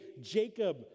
Jacob